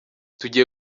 tugiye